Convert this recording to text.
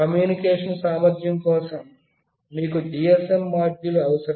communication సామర్ధ్యం కోసం మీకు GSM మాడ్యూల్ అవసరం